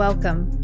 Welcome